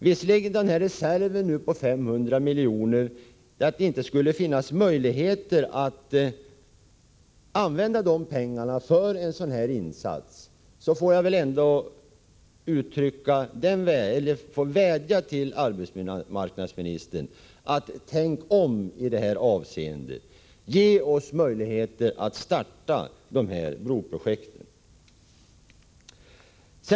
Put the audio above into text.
När det gäller påståendet att det inte skulle finnas möjligheter att använda reserven på 500 milj.kr. för en sådan här insats vill jag ändå vädja till arbetsmarknadsministern: Tänk om i det här avseendet, ge oss möjligheter att starta de här broprojekten!